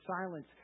silence